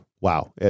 wow